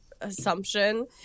assumption